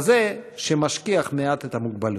כזה שמשכיח מעט את המוגבלות.